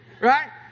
right